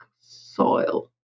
soil